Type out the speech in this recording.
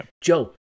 Joe